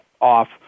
off